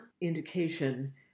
indication